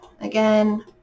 Again